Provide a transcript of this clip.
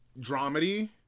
dramedy